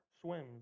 Swims